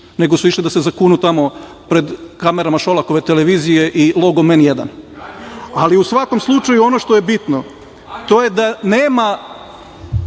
nego su išli da se zakunu tamo pred kamerama Šolakove televizije i logom „N1“.U svakom slučaju, ono što je bitno to je da nema